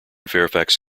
fairfax